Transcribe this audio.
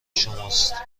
شماست